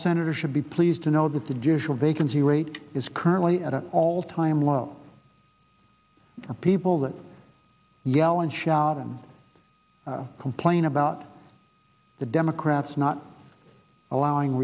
senators should be pleased to know that the judicial vacancy rate is currently at an all time low for people that yell and shout and complain about the democrats not allowing